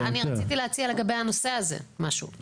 רציתי להציע משהו לגבי הנושא הזה.